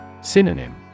Synonym